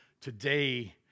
today